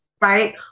Right